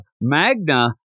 Magna